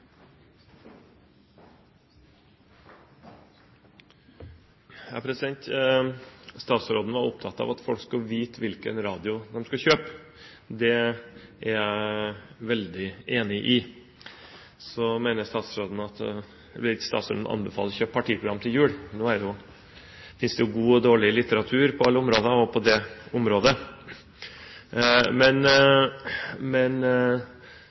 Statsråden var opptatt av at folk skulle vite hvilken radio de skal kjøpe. Det er jeg veldig enig i. Så vil ikke statsråden anbefale å kjøpe partiprogram til jul – nå finnes det jo god og dårlig litteratur på alle områder, også på det området.